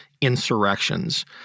insurrections